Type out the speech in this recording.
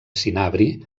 cinabri